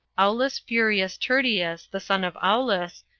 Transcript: aulus furius tertius, the son of aulus,